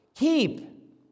Keep